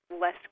less